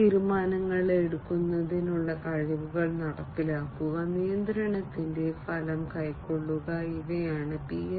തീരുമാനങ്ങൾ എടുക്കുന്നതിനുള്ള കഴിവുകൾ നടപ്പിലാക്കുക നിയന്ത്രണത്തിന്റെ ഫലം കൈക്കൊള്ളുക ഇവയാണ് PLM ന്റെ മാനേജ്മെന്റ് വശത്ത് വ്യത്യസ്തമായ പ്രധാന പരിഗണനകൾ